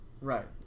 Right